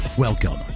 Welcome